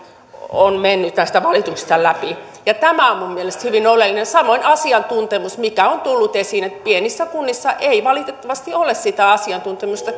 on mennyt näistä valituksista läpi ja tämä on minun mielestäni hyvin oleellista samoin asiantuntemus on tullut esiin se että pienissä kunnissa ei valitettavasti ole sitä asiantuntemusta